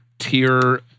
Tier